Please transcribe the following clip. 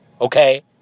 Okay